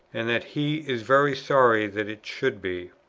and that he is very sorry that it should be.